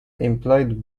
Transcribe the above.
employed